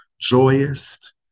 joyous